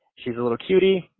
she's a little cutey,